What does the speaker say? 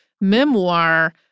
memoir